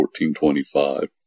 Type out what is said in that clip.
14.25